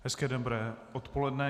Hezké dobré odpoledne.